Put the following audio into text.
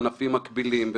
ענפים מקבילים,